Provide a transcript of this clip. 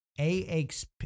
AXP